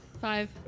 Five